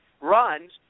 runs